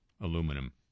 aluminum